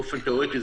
באופן תיאורטי,